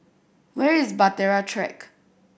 where is Bahtera Track